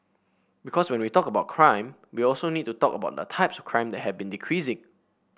because when we talk about crime we also need to talk about the types of crime that have been decreasing